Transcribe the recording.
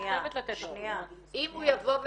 אם הוא יבוא ויעיד,